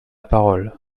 parole